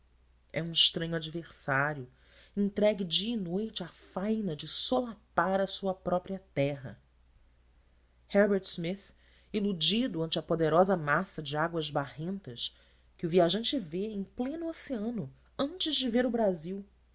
é um estranho adversário entregue dia e noite à faina de solapar a sua própria terra herbert smith iludido ante a poderosa massa de águas barrentas que o viajante vê em pleno oceano antes de ver o brasil